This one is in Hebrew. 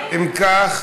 אם כך,